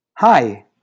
Hi